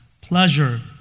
pleasure